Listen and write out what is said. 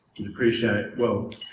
and appreciate, well,